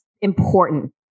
important